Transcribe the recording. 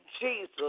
Jesus